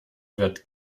wird